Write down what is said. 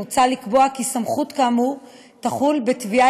מוצע לקבוע כי סמכות כאמור תחול בתביעה